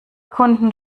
kunden